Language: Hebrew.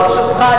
ברשותך,